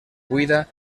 buida